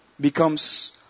becomes